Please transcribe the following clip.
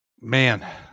man